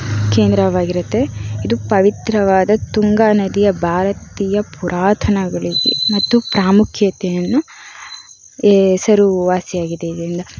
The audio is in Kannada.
ಕೇಂದ್ರವಾಗಿರುತ್ತೆ ಇದು ಪವಿತ್ರವಾದ ತುಂಗಾ ನದಿಯ ಭಾರತೀಯ ಪುರಾತನಗಳಿಗೆ ಮತ್ತು ಪ್ರಾಮುಖ್ಯತೆಯನ್ನು ಹೆಸರುವಾಸಿಯಾಗಿದೆ ಇದರಿಂದ